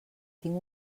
tinc